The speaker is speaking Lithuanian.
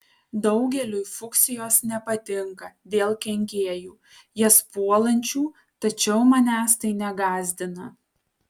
daugeliui fuksijos nepatinka dėl kenkėjų jas puolančių tačiau manęs tai negąsdina